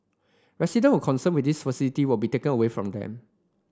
resident were concerned with these facility would be taken away from them